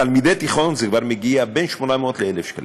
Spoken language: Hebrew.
לתלמידי תיכון זה כבר בין 800 ל-1,000 שקלים,